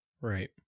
Right